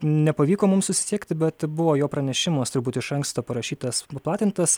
nepavyko mums susisiekti bet buvo jo pranešimas turbūt iš anksto parašytas paplatintas